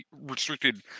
restricted